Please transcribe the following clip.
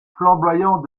flamboyant